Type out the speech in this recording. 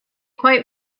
quite